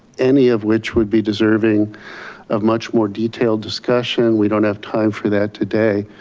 any of which would be deserving of much more detailed discussion, we don't have time for that today.